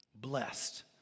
Blessed